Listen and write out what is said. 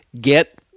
get